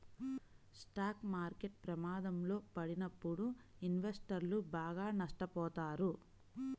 stock market ప్రమాదంలో పడినప్పుడు ఇన్వెస్టర్లు బాగా నష్టపోతారు